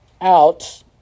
out